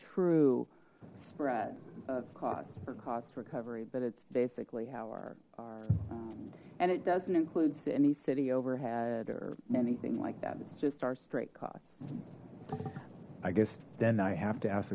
true spread of cost for cost recovery but it's basically how our and it doesn't include any city overhead or anything like that it's just our straight cost i guess then i have to ask